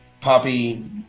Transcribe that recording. poppy